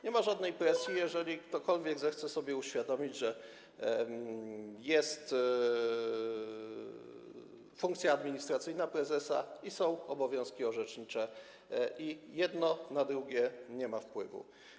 Nie ma żadnej presji, jeżeli ktokolwiek zechce sobie uświadomić, że jest funkcja administracyjna prezesa i są obowiązki orzecznicze, jedno na drugie nie ma wpływu.